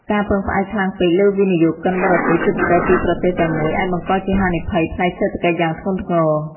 ការពឹងផ្អែកខ្លាំងពេកលើវិនិយោគិនបរទេស ជាពិសេសពីប្រទេសតែមួយ អាចបង្កជាហានិភ័យផ្នែកសេដ្ឋកិច្ចយ៉ាងធ្ងន់ធ្ងរ។